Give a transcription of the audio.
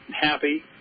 happy